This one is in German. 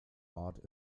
art